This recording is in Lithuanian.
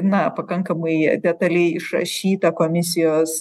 na pakankamai detaliai išrašytą komisijos